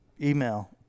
email